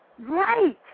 right